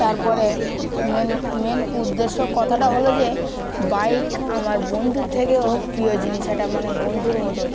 তারপরে main main উদ্দেশ্য কথাটা হলো যে বাইক আমার বন্ধুর থেকেও প্রিয় জিনিস সেটা মানে বন্ধুর মতন